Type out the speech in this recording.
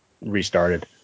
restarted